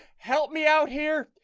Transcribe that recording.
help me out here.